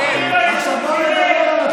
הנעל של כל פלסטיני שווה אותך.